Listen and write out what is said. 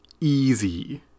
easy